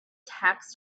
tax